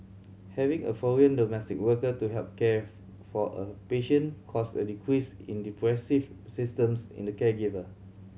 having a foreign domestic worker to help care for a patient caused a decrease in depressive systems in the caregiver